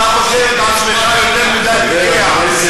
אתה חושב